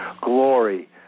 Glory